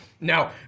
Now